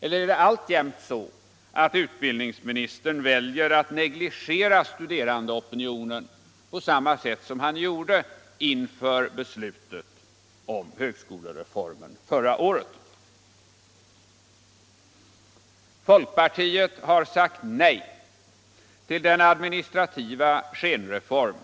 Eller är det alltjämt så att utbildningsministern väljer alt negligera studerandeopinionen på samma sätt som han gjorde inför beslutet om högskolereformen förra året? Folkpartiet har sagt nej till den administrativa skenreform